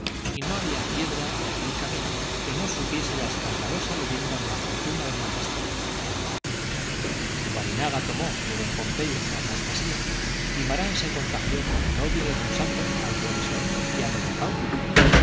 y no había piedra de aquel camino que no supiese la escandalosa leyenda de la fortuna del magistral si barinaga tomó de don pompeyo su apostasía guimarán se contagió con el odio de don santos al provisor y a doña paula